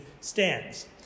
stands